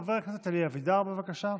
חבר הכנסת אלי אבידר, בבקשה.